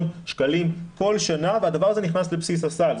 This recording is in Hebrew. שקלים כל שנה והדבר הזה נכנס לבסיס הסל.